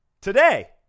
Today